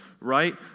right